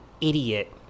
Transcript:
idiot